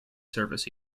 service